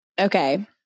Okay